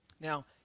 Now